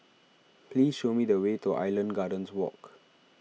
please show me the way to Island Gardens Walk